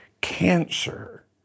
cancer